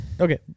Okay